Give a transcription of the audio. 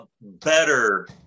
better